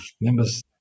members